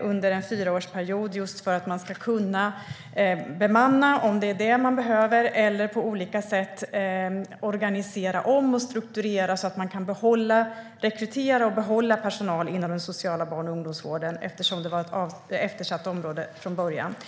under en fyraårsperiod för att man ska kunna bemanna det som behövs eller på olika sätt organisera om och strukturera så att man kan rekrytera och behålla personal. Den sociala barn och ungdomsvården var redan från början ett eftersatt område.